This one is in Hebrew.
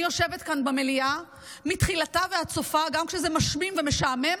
יושבת כאן במליאה מתחילתה ועד סופה גם כשזה משמים ומשעמם,